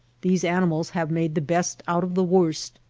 these animals have made the best out of the worst,